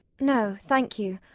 no, thank you.